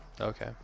Okay